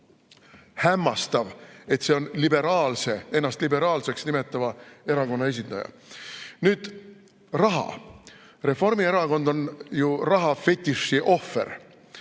Hämmastav, et see on liberaalse, ennast liberaalseks nimetava erakonna esindaja. Nüüd raha. Reformierakond on ju rahafetiši ohver.